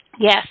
Yes